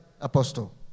Apostle